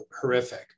horrific